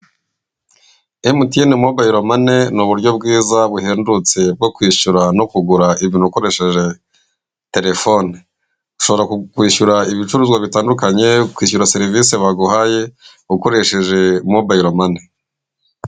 Emutiyene mobayilomani, ni uburyo bwiza buhendutse bwo kwishyura no kugura ibintu ukoresheje telefoni ushobora kwishyura ibicuruzwa bitandukanye kwishyura serivisi baguhaye ukoresheje mobayilomane.